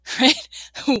right